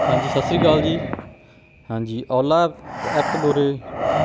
ਹਾਂਜੀ ਸਤਿ ਸ਼੍ਰੀ ਅਕਾਲ ਜੀ ਹਾਂਜੀ ਔਲਾ ਐਪ ਐਪ ਤੋਂ ਬੋਲ ਰਹੇ ਹੋ